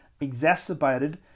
exacerbated